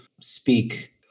speak